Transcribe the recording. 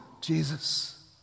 Jesus